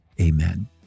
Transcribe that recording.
Amen